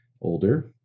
older